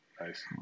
Nice